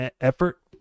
effort